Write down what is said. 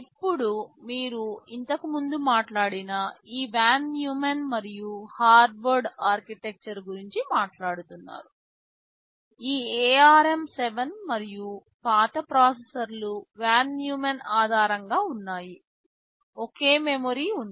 ఇప్పుడు మీరు ఇంతకుముందు మాట్లాడిన ఈ వాన్ న్యూమాన్ మరియు హార్వర్డ్ ఆర్కిటెక్చర్ గురించి మాట్లాడుతున్నారు ఈ ARM7 మరియు ఇంకా పాత ప్రాసెసర్లు వాన్ న్యూమాన్ ఆధారంగా ఉన్నాయి ఒకే మెమరీ ఉంది